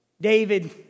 David